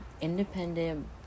independent